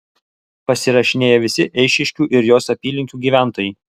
pasirašinėja visi eišiškių ir jos apylinkių gyventojai